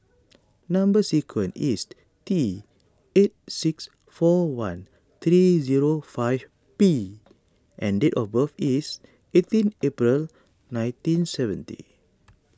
Number Sequence is T eight six four one three zero five P and date of birth is eighteen April nineteen seventy